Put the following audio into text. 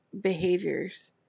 behaviors